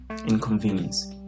inconvenience